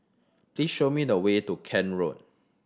please show me the way to Kent Road